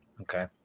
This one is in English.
Okay